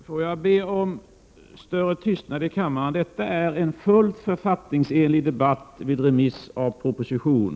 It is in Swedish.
Får jag be om större tystnad i kammaren. Detta är en helt författningsenlig debatt vid remiss av proposition.